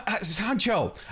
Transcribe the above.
Sancho